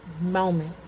moment